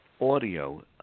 audio